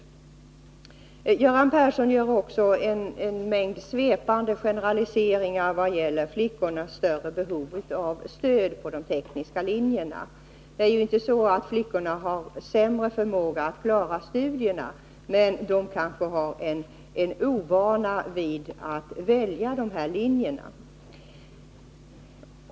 Göran Persson gör också en mängd svepande generaliseringar i vad gäller flickornas större behov av stöd på de tekniska linjerna. Flickorna har ju inte sämre förmåga att klara studierna, men de kanske har en ovana vid att välja de här linjerna.